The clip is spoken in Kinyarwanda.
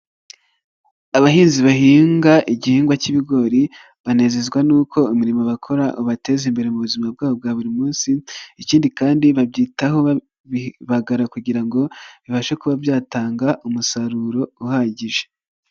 Abahinzi bahinga igihingwa cy'ibigori, banezezwa n'uko imirimo bakora ubateza imbere mu buzima bwabo bwa buri munsi, ikindi kandi babyitaho babibagara kugira ngo bibashe kuba byatanga umusaruro uhagije.